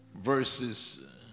verses